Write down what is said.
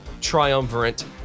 triumvirate